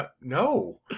No